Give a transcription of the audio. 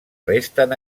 resten